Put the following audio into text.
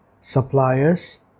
suppliers